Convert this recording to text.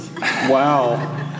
wow